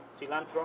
cilantro